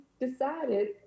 decided